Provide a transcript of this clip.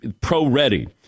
pro-ready